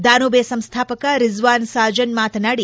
ದಾನುಬೆ ಸಂಸ್ಥಾಪಕ ರಿಜ್ವಾನ್ ಸಾಜನ್ ಮಾತನಾಡಿ